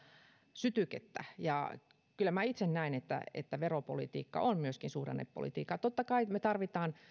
sytykettä kyllä minä itse näen että että veropolitiikka on myöskin suhdannepolitiikkaa totta kai me tarvitsemme